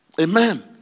Amen